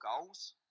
goals